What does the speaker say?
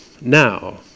now